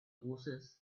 oasis